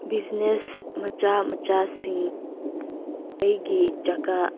business ꯃꯆꯥ ꯃꯆꯥꯁꯤꯡ ꯑꯩꯒꯤ ꯖꯒꯥ